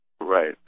Right